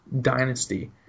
dynasty